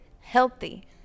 healthy